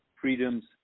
freedoms